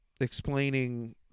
explaining